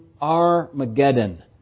Armageddon